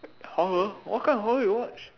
horror what kind of horror you watch